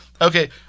Okay